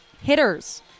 Hitters